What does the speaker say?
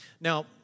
Now